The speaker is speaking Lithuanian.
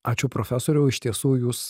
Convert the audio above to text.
ačiū profesoriau iš tiesų jūs